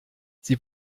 sie